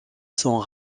sont